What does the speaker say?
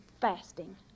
fasting